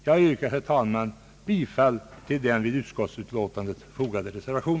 Jag yrkar, herr talman, bifall till den